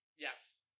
Yes